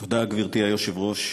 תודה, גברתי היושבת-ראש.